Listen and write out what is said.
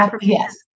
yes